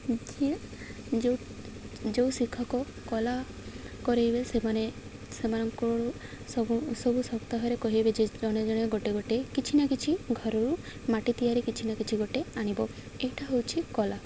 ଯିଏ ଯେଉଁ ଯେଉଁ ଶିକ୍ଷକ କଳା କରାଇବେ ସେମାନେ ସେମାନଙ୍କ ସବୁ ସବୁ ସପ୍ତାହରେ କହିବେ ଯେ ଜଣେ ଜଣେ ଗୋଟେ ଗୋଟେ କିଛି ନା କିଛି ଘରରୁ ମାଟି ତିଆରି କିଛି ନା କିଛି ଗୋଟେ ଆଣିବ ଏଇଟା ହଉଛି କଲା